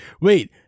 wait